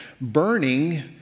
burning